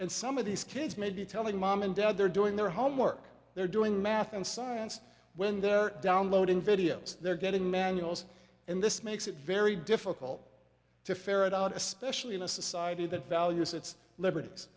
and some of these kids may be telling mom and dad they're doing their homework they're doing math and science when they're downloading videos they're getting manuals and this makes it very difficult to ferret out especially in a society that values its liberties